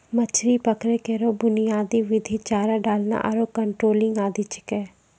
मछरी पकड़ै केरो बुनियादी विधि चारा डालना आरु ट्रॉलिंग आदि छिकै